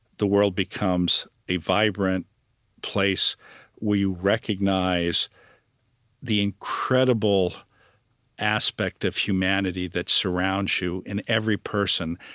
the world becomes a vibrant place where you recognize the incredible aspect of humanity that surrounds you in every person,